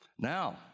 Now